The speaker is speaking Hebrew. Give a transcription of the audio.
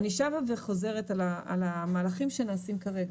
אני שבה וחוזרת על המהלכים שנעשים כרגע: